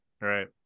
right